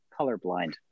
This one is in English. colorblind